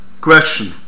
Question